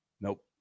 Nope